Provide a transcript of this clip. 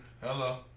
Hello